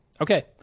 Okay